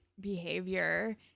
behavior